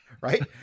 right